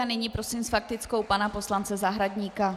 Nyní prosím s faktickou pana poslance Zahradníka.